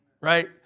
right